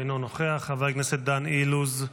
אינו נוכח, חבר הכנסת דן אילוז,